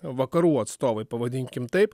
vakarų atstovai pavadinkim taip